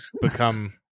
become